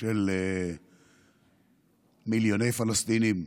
של מיליוני פלסטינים,